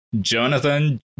Jonathan